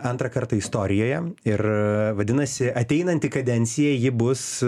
antrą kartą istorijoje ir vadinasi ateinanti kadencija ji bus